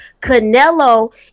Canelo